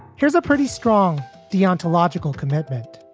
here's a pretty strong deontological commitment.